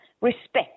respect